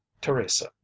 teresa